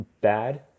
bad